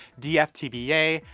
dftba,